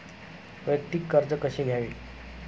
वैयक्तिक कर्ज कसे घ्यावे?